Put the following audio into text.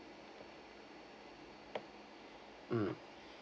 mm